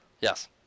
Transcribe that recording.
Yes